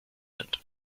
sind